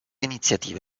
iniziativa